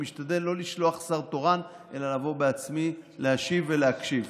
אני משתדל לא לשלוח שר תורן אלא לבוא בעצמי להשיב ולהקשיב.